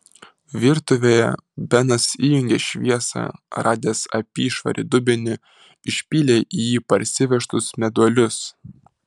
virtuvėje benas įjungė šviesą radęs apyšvarį dubenį išpylė į jį parsivežtus meduolius